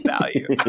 value